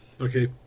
Okay